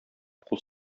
кул